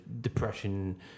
depression